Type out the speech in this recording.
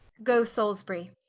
goe salisbury,